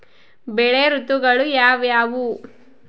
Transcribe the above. ಬೆಳೆ ಋತುಗಳು ಯಾವ್ಯಾವು?